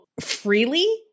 freely